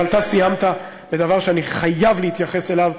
אבל אתה סיימת בדבר שאני חייב להתייחס אליו,